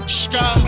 sky